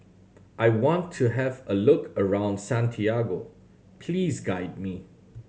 I want to have a look around Santiago please guide me